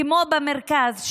כמו במרכז,